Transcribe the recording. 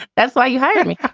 that's why you hired me yeah